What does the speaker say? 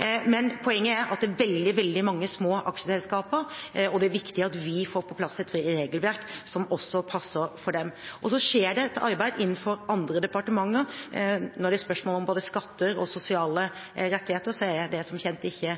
er veldig, veldig mange små aksjeselskaper, og det er viktig at vi får på plass et regelverk som også passer for dem. Så skjer det et arbeid innenfor andre departementer. Når det er spørsmål om både skatter og sosiale rettigheter, er det som kjent ikke